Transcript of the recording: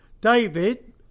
David